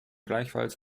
gleichfalls